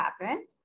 happen